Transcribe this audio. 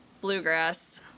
bluegrass